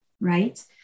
Right